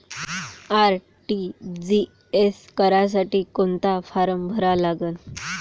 RTGS करासाठी कोंता form भरा लागन?